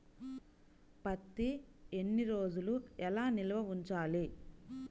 పత్తి ఎన్ని రోజులు ఎలా నిల్వ ఉంచాలి?